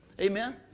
Amen